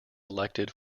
elected